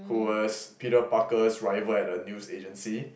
who was Peter Parker's rival at the news agency